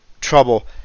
trouble